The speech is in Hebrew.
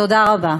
תודה רבה.